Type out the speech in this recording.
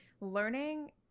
learning